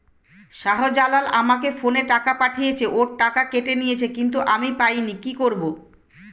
শাহ্জালাল আমাকে ফোনে টাকা পাঠিয়েছে, ওর টাকা কেটে নিয়েছে কিন্তু আমি পাইনি, কি করব?